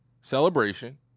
celebration